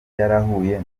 yarahuye